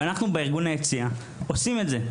ואנחנו בארגון היציע עושים את זה,